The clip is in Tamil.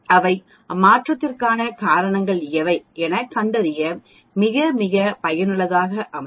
இவை மாற்றத்திற்கான காரணங்கள் எவை என கண்டறிய மிகமிக பயனுள்ளதாக அமையும்